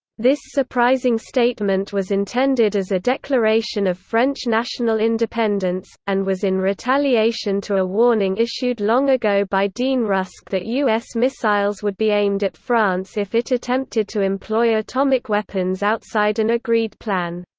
this surprising statement was intended as a declaration of french national independence, and was in retaliation to a warning issued long ago by dean rusk that us missiles would be aimed at france if it attempted to employ atomic weapons outside an agreed plan.